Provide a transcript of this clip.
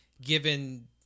given